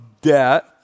debt